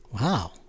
Wow